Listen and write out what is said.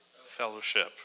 fellowship